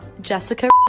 Jessica